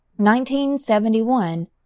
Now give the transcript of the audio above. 1971